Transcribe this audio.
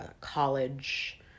college